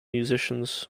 musicians